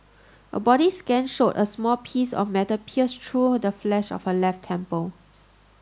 a body scan showed a small piece of metal pierced through the flesh of her left temple